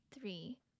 three